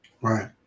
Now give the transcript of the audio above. Right